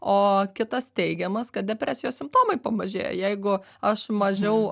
o kitas teigiamas kad depresijos simptomai pamažėja jeigu aš mažiau